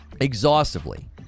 Exhaustively